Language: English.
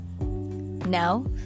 Now